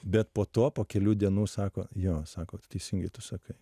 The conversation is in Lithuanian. bet po to po kelių dienų sako jo sako teisingai tu sakai